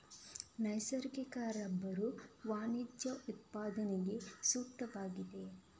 ನೈಸರ್ಗಿಕ ರಬ್ಬರು ವಾಣಿಜ್ಯ ಉತ್ಪಾದನೆಗೆ ಸೂಕ್ತವಾಗಿದೆ